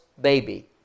baby